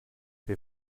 wir